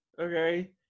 okay